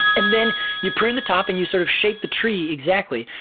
and then you prune the top, and you sort of shape the tree exactly.